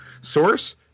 source